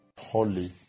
holy